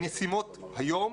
הן ישימות היום,